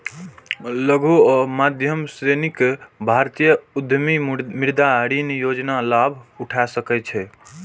लघु आ मध्यम श्रेणीक भारतीय उद्यमी मुद्रा ऋण योजनाक लाभ उठा सकै छै